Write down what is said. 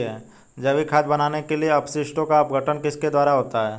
जैविक खाद बनाने के लिए अपशिष्टों का अपघटन किसके द्वारा होता है?